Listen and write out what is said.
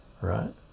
right